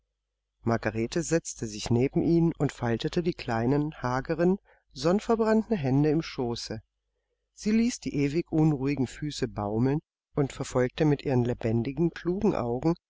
margarete setzte sich neben ihn und faltete die kleinen hageren sonnverbrannten hände im schoße sie ließ die ewig unruhigen füße baumeln und verfolgte mit ihren lebendigen klugen augen